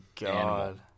god